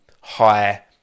high